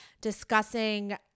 discussing